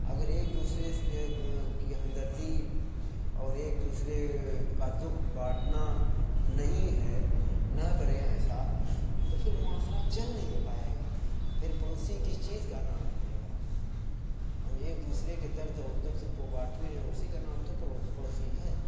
اگر ایک دوسرے سے کی ہمدردی اور ایک دوسرے کا دُکھ بانٹنا نہیں ہے نہ کریں ایسا تو پھر معاشرہ چل نہیں پائے گا پھر پڑوسی کس چیز کا نام رہے گا ہم ایک دوسرے کے درد اور دُکھ سُکھ کو باٹتے ہیں اُسی کا نام تو پڑوسی ہے